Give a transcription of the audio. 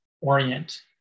orient